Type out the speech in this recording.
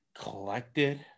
collected